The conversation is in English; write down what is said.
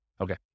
Okay